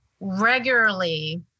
regularly